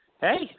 hey